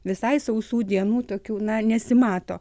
visai sausų dienų tokių na nesimato